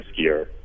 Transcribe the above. riskier